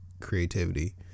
creativity